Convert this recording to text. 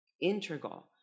integral